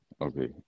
Okay